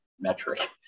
metric